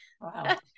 Wow